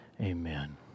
amen